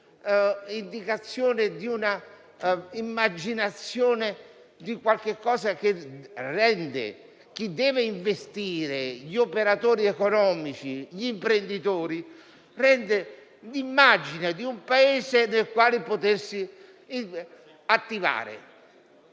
una visione, un'indicazione che rende a chi deve investire, agli operatori economici e agli imprenditori l'immagine di un Paese nel quale potersi attivare.